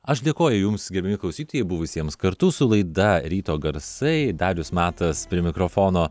aš dėkoju jums gerbiami klausytojai buvusiems kartu su laida ryto garsai darius matas prie mikrofono